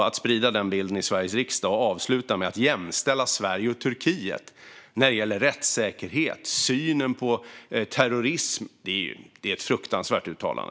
Att sprida den bilden i Sveriges riksdag och avsluta med att jämställa Sverige och Turkiet när det gäller rättssäkerhet och synen på terrorism är faktiskt ett fruktansvärt uttalande.